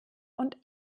und